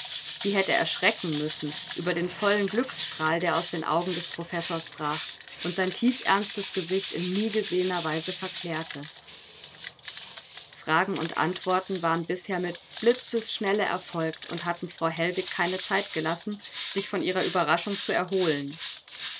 sie hätte erschrecken müssen über den vollen glücksstrahl der aus den augen des professors brach und sein tiefernstes gesicht in nie gesehener weise verklärte fragen und antworten waren bisher mit blitzesschnelle erfolgt und hatten frau hellwig keine zeit gelassen sich von ihrer ueberraschung zu erholen